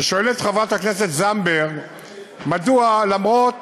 שואלת חברת הכנסת זנדברג: מדוע, למרות